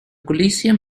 coliseum